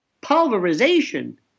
pulverization